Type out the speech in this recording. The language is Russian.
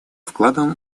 вкладом